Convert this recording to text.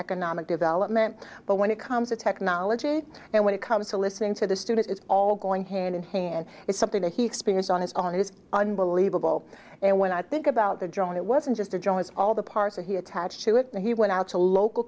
economic development but when it comes to technology and when it comes to listening to the student it's all going hand in hand it's something that he experienced on his own it is unbelievable and when i think about the drone it wasn't just a joy it's all the parser he attached to it and he went out to local